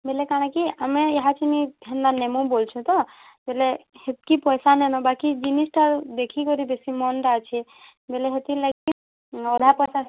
ବୋଲେ କାଣ କି ଆମେ ଏହା କିନି ନେମୁ ବୋଲ୍ଛୁଁ ତ ହେଲେ ହେତ୍ କି ପଇସା ନାଇନ ବାକି ଜିନିଷଟା ଦେଖି କରି ଦେଶି ମନ୍ ଟା ଅଛେ ବୋଲେ ହେତିର୍ ଲାଗି ଅଧା ପଇସା